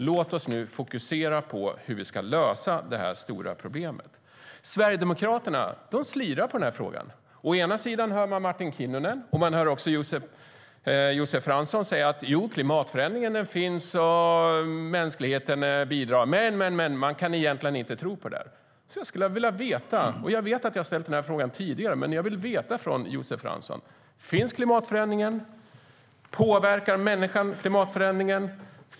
Låt oss sedan fokusera på hur vi ska lösa det här stora problemet. Sverigedemokraterna slirar i den här frågan. Å ena sidan hör man Martin Kinnunen och Josef Fransson säga att jo, klimatförändringen finns och mänskligheten bidrar. Å andra sidan kan de egentligen inte tro på det där. Jag vet att jag har ställt frågorna tidigare, men jag vill veta från Josef Fransson: Finns klimatförändringen? Påverkar människan klimatförändringen?